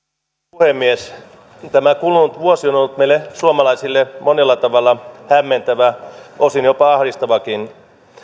puhemies tämä kulunut vuosi on ollut meille suomalaisille monella tavalla hämmentävä osin jopa ahdistavakin